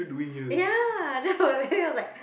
ya no then it was like